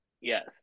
yes